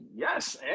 Yes